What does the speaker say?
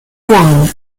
koan